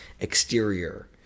exterior